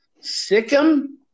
Sikkim